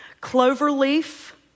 Cloverleaf